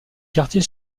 quartier